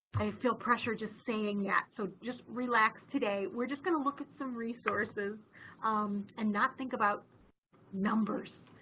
i feel pressure just saying that, yeah so just relax today. we're just going to look at some resources um and not think about numbers.